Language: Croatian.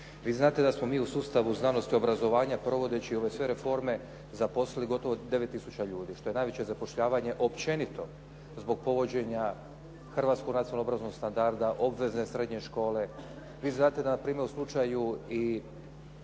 Vi znate da smo mi u sustavu znanosti i obrazovanja provodeći ove sve reforme zaposlili gotovo 9000 ljudi što je najveće zapošljavanje općenito zbog povođenja Hrvatskog nacionalnog obrazovnog standarda, obveze srednje škole. Vi znate na primjer u slučaju i